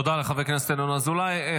תודה לחבר הכנסת ינון אזולאי.